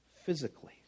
physically